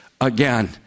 again